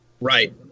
Right